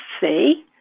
see